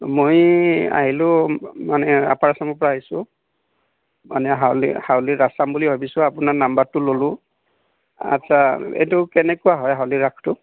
মই আহিলোঁ মানে আপাৰ আছামৰপৰা আহিছোঁ মানে হাউলীৰ হাউলীৰ ৰাস চাম বুলি ভাবিছোঁ আপোনাৰ নাম্বাৰটো ল'লোঁ আচ্ছা এইটো কেনেকুৱা হয় হাউলীৰ ৰাসটো